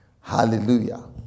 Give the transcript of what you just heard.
Hallelujah